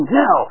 no